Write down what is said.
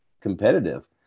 competitive